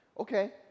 okay